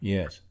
Yes